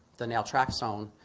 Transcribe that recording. the knelt rap song,